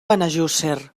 benejússer